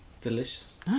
delicious